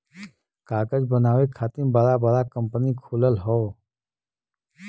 कागज बनावे खातिर बड़ा बड़ा कंपनी खुलल हौ